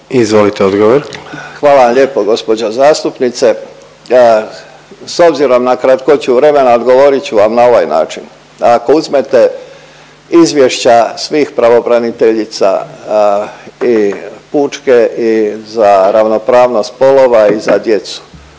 Davor (HDZ)** Hvala vam lijepo gospođo zastupnice. S obzirom na kratkoću vremena odgovorit ću vam na ovaj način. Ako uzmete izvješća svih pravobraniteljica i pučke i za ravnopravnost spolova i za djecu